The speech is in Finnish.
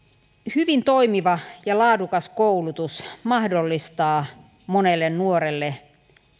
hyvin toimiva ja laadukas koulutus mahdollistaa monelle nuorelle